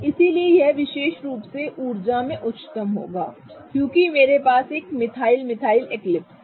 इसलिए यह विशेष रूप से ऊर्जा में उच्चतम होगा क्योंकि मेरे पास एक मिथाइल मिथाइल एक्लिप्स है